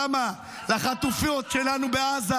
למה, לחטופות שלנו בעזה